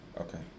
okay